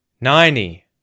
Ninety